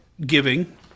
giving